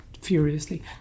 furiously